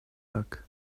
luck